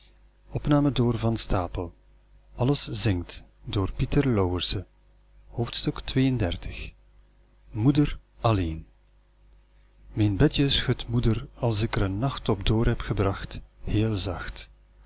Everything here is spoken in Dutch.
mijn bedje schudt moeder als ik er een nacht op door heb gebracht